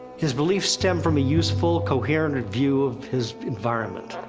his beliefs stem from a useful, coherent view of his environment.